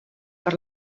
per